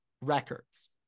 records